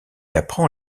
apprend